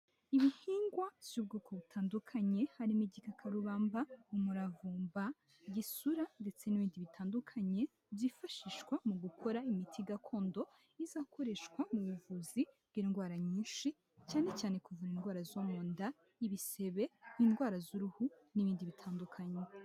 Ibihingwa by'ubwoko butandukanye, harimo igikakarubamba, umuravumba, igisura ndetse n'ibindi bitandukanye byifashishwa mu gukora imiti gakondo izakoreshwa mu buvuzi bw'indwara nyinshi cyane cyane kuvura indwara zo mu nda, ibisebe, indwara z'uruhu n'ibindi bitandukanye.